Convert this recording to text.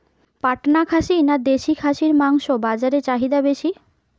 পাটনা খাসি না দেশী খাসির মাংস বাজারে চাহিদা বেশি?